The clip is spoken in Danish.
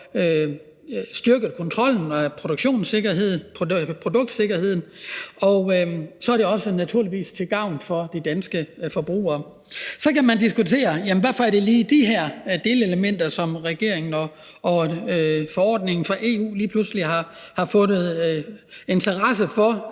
styrket kontrollen med produktsikkerheden, og så er det naturligvis også til gavn for de danske forbrugere. Så kan man diskutere, hvorfor det lige er de her delelementer, som regeringen og forordningen fra EU lige pludselig har fået interesse for,